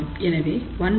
எனவே 11